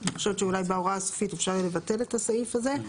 אני חושבת שאולי בהוראה הסופית אפשר יהיה לבטל את הסעיף הזה.